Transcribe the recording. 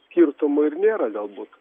skirtumo ir nėra galbūt